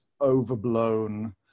overblown